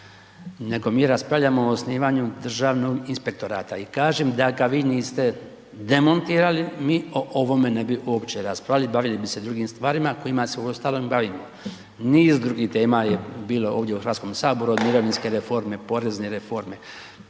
nego mi raspravljamo o osnivanju Državnog inspektorata i kažem da ga vi niste demontirali, mi o ovome ne bi uopće raspravili, bavili bi se drugim stvarima kojima se uostalom i bavimo. Niz drugih tema je bilo ovdje u Hrvatskom saboru od mirovinske reforme, porezne reforme,